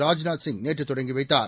ராஜ்நாத் சிங் நேற்று தொடங்கிவைத்தார்